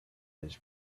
his